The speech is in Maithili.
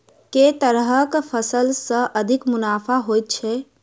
केँ तरहक फसल सऽ अधिक मुनाफा होइ छै?